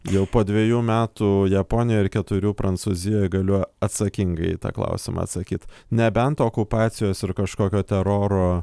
jau po dvejų metų japonijoj ir keturių prancūzijoj galiu a atsakingai į tą klausimą atsakyt nebent okupacijos ir kažkokio teroro